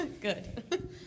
good